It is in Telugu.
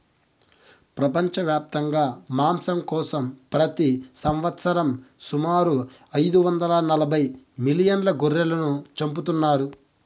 ప్రపంచవ్యాప్తంగా మాంసం కోసం ప్రతి సంవత్సరం సుమారు ఐదు వందల నలబై మిలియన్ల గొర్రెలను చంపుతున్నారు